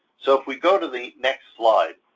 so if we go to the next slide,